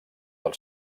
del